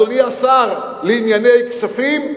אדוני השר לענייני כספים,